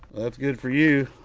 that's good for you.